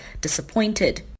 disappointed